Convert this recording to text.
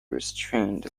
restrained